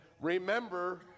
remember